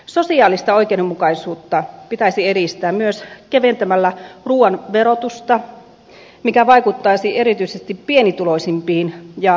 sosiaalista oikeudenmukaisuutta pitäisi edistää myös keventämällä ruuan verotusta mikä vaikuttaisi erityisesti pienituloisimpiin ja lapsiperheisiin